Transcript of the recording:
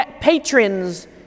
patrons